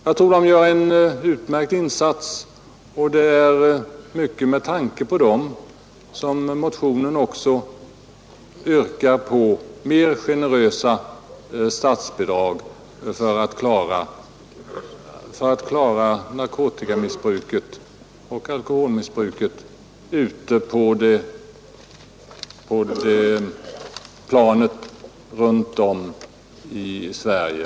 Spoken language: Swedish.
Jag tycker de gör en utmärkt insats, och det är mycket med tanke på dem som motionen också yrkar på mer generösa statsbidrag för att klara narkotikaoch alkoholmissbruket ute på det kommunala planet överallt i Sverige.